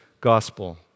gospel